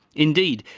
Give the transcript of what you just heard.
indeed,